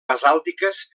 basàltiques